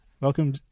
Welcome